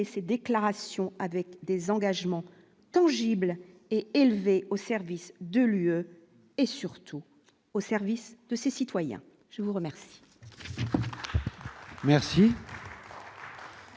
ses déclarations avec des engagements tangibles et élevé au service de l'UE et surtout au service de ses citoyens, je vous remercie.